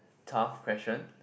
tough question